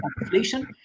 inflation